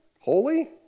Holy